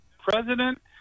president